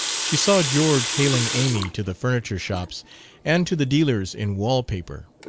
she saw george haling amy to the furniture-shops and to the dealers in wall-paper.